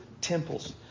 temples